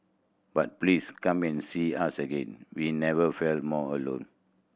but please come and see us again we never felt more alone